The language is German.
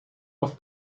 auf